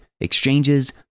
Exchanges